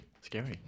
scary